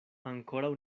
ankoraŭ